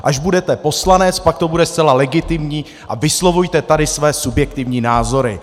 Až budete poslanec, pak to bude zcela legitimní a vyslovujte tady své subjektivní názory.